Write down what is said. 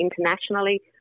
internationally